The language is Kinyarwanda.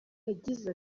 yagize